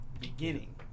beginning